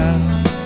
now